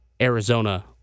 Arizona